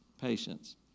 patience